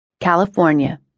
California